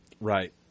Right